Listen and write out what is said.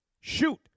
shoot